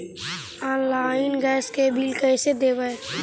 Online gas के bill कैसे देबै?